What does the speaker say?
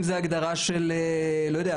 אם זה הגדרה של משחק.